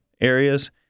areas